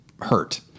hurt